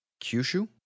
Kyushu